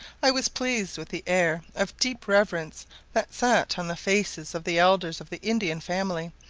i was pleased with the air of deep reverence that sat on the faces of the elders of the indian family,